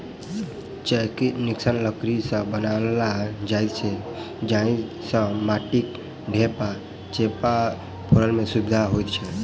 चौकी निस्सन लकड़ी सॅ बनाओल जाइत छै जाहि सॅ माटिक ढेपा चेपा फोड़य मे सुविधा होइत छै